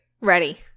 Ready